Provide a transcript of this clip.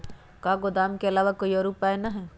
का गोदाम के आलावा कोई और उपाय न ह?